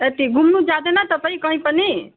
ए त घुम्नु जाँदैन तपाईँ कहीँ पनि